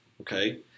Okay